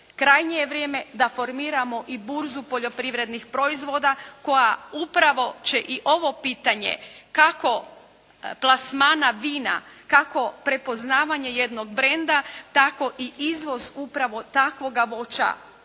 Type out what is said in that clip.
krajnje je vrijeme da formiramo i burzu poljoprivrednih proizvoda koja upravo će i ovo pitanje kako plasmana vina, kako prepoznavanje jednog brenda, tako i izvoz upravo takvoga voća